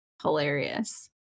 Hilarious